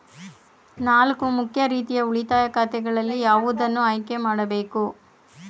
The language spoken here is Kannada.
ನಾಲ್ಕು ಮುಖ್ಯ ರೀತಿಯ ಉಳಿತಾಯ ಖಾತೆಗಳಲ್ಲಿ ಯಾವುದನ್ನು ಆಯ್ಕೆ ಮಾಡಬೇಕು?